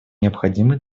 необходимы